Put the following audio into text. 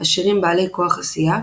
עשירים בעלי כוח עשייה,